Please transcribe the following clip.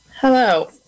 Hello